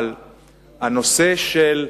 אבל הנושא של המשק,